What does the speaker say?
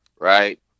right